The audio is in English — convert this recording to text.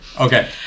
Okay